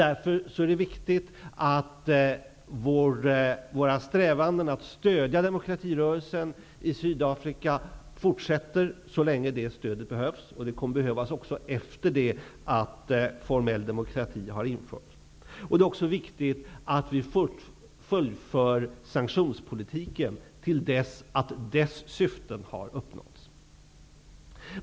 Därför är det viktigt att våra strävanden att stödja demokratirörelsen i Sydafrika fortsätter så länge stödet behövs. Det kommer att behövas också efter det att formell demokrati har införts. Det är också viktigt att vi fullföljer sanktionspolitiken till dess att syftena har uppnåtts.